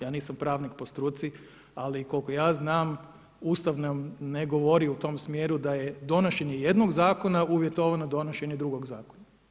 Ja nisam pravnik po struci, ali koliko ja znam, Ustav nam ne govori u tom smjeru, da je donošenje jednog zakona, uvjetovano donošenje drugog zakona.